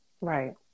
Right